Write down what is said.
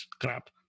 crap